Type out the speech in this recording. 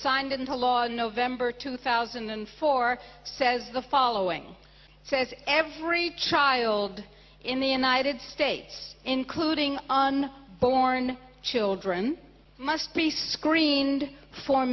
signed into law in november two thousand and four says the following says every child in the united states including on born children must be screened for